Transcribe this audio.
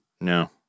No